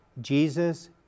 Jesus